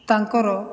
ତାଙ୍କର